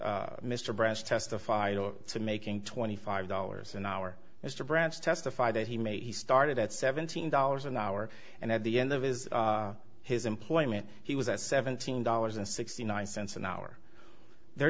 that mr branch testified to making twenty five dollars an hour mr branch testified that he made he started at seventeen dollars an hour and at the end of his his employment he was at seventeen dollars and sixty nine cents an hour their